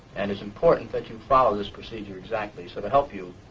and it's important that you follow this procedure exactly so to help you,